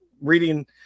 reading